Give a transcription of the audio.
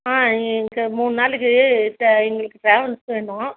ஆ இ எனக்கு மூணு நாளைக்கி த எங்களுக்கு ட்ராவல்ஸ் வேணும்